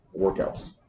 workouts